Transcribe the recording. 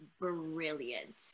brilliant